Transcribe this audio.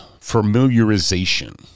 familiarization